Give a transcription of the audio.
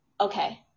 Okay